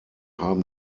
haben